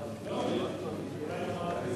אבל אני יודעת שאדוני היושב-ראש מאוד רגיש לזכויותיהן של